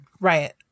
Right